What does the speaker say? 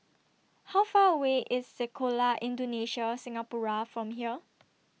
How Far away IS Sekolah Indonesia Singapura from here